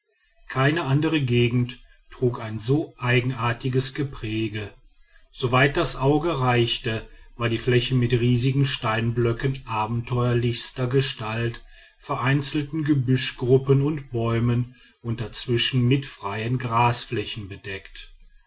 keine andere gegend trug ein so eigenartiges gepräge soweit das auge reichte war die fläche mit riesigen steinblöcken abenteuerlichster gestalt vereinzelten gebüschgruppen und bäumen und dazwischen mit freien grasflächen bedeckt